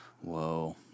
Whoa